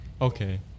Okay